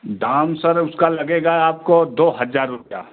दाम सर उसका लगेगा आपको दो हज़ार रुपये